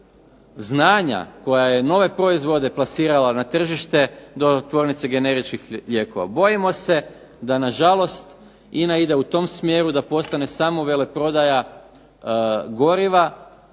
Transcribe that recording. znanja koja je nove proizvode plasirala na tržište do tvornice generičkih lijekova. Bojimo se da na žalost INA ide u tom smjeru da postane samo veleprodaja goriva,